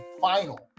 final